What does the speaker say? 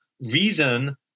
Reason